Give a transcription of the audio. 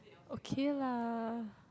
okay lah